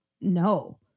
no